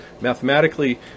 mathematically